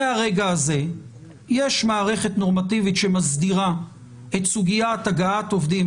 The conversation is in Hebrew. מהרגע הזה יש מערכת נורמטיבית שמסדירה את סוגיית הגעת עובדים.